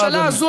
הממשלה הזאת,